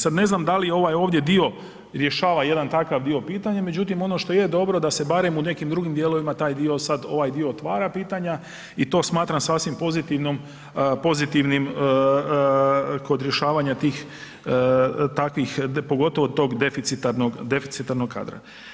Sad ne znam da li ovaj ovdje dio rješava jedan takav dio pitanja, međutim, ono što je dobro da se barem u nekim drugim dijelovima taj dio, sad ovaj dio otvara pitanja i to smatram sasvim pozitivnim kod rješavanja tih, takvih, pogotovo tog deficitarnog, deficitarnog kadra.